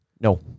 No